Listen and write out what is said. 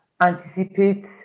anticipate